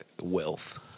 wealth